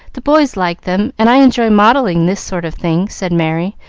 the boys like them, and i enjoy modelling this sort of thing, said merry,